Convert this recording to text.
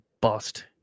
bust